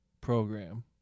program